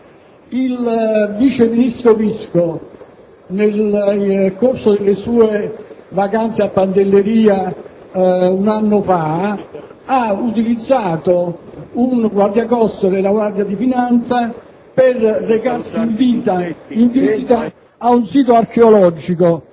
il vice ministro Visco, nel corso delle sue vacanze a Pantelleria un anno fa, ha utilizzato un guardacoste della Guardia di finanza per recarsi in visita a un sito archeologico,